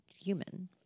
human